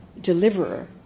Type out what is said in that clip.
deliverer